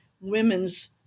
women's